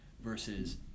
Versus